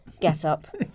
get-up